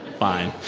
fine